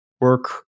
work